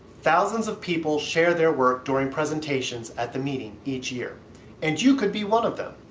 thousands of people share their work during presentations at the meeting each year and you could be one of them.